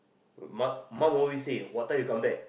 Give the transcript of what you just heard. mom mom always say what time you come back